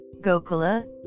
Gokula